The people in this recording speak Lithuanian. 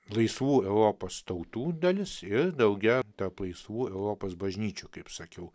laisvų europos tautų dalis ir drauge tarp laisvų europos bažnyčių kaip sakiau